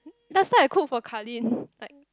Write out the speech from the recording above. last time I cook for Carlyn like